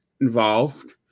involved